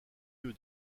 lieu